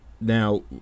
now